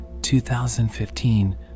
2015